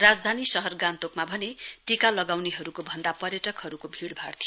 राजधानी शहर गान्तोकमा भने टीका लगाउनेहरुको भन्दा पर्यटकहरुको भीभाइ थियो